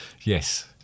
Yes